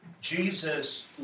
Jesus